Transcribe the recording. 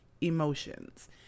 emotions